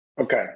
Okay